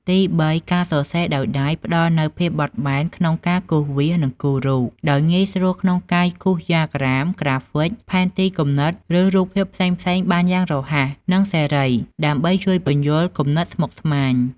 ទីបី ការសរសេរដោយដៃផ្ដល់នូវ ភាពបត់បែនក្នុងការគូសវាស និងគូររូប ដោយងាយស្រួលក្នុងការគូសដ្យាក្រាម ក្រាហ្វិក ផែនទីគំនិត ឬរូបភាពផ្សេងៗបានយ៉ាងរហ័ស និងសេរី ដើម្បីជួយពន្យល់គំនិតស្មុគស្មាញ។